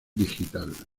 digital